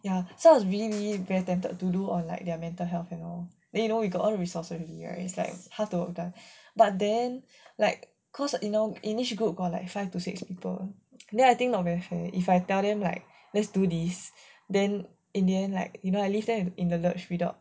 ya so I was really really very tempted to do on like their mental health then you know then you know you got all resources all it's like but then like cause you know in each group got like five to six people then I think my group not very fine if I tell them like let's do this then in the end like you know I leave them in the lurch without